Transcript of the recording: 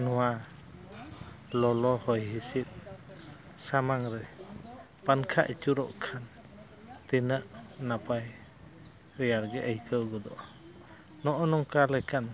ᱱᱚᱣᱟ ᱞᱚᱞᱚ ᱦᱚᱭ ᱦᱤᱸᱥᱤᱫ ᱥᱟᱢᱟᱝ ᱨᱮ ᱯᱟᱝᱠᱷᱟ ᱟᱹᱪᱩᱨᱚᱜ ᱠᱷᱟᱱ ᱛᱤᱱᱟᱹᱜ ᱱᱟᱯᱟᱭ ᱨᱮᱭᱟᱲ ᱜᱮ ᱟᱹᱭᱠᱟᱹᱣ ᱜᱚᱫᱚᱜᱼᱟ ᱱᱚᱜᱼᱚ ᱱᱚᱝᱠᱟ ᱞᱮᱠᱟᱱ